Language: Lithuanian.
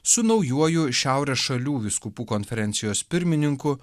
su naujuoju šiaurės šalių vyskupų konferencijos pirmininku